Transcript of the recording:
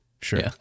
Sure